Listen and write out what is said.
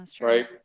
right